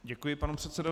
Děkuji panu předsedovi.